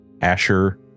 Asher